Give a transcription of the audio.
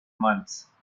months